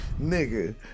nigga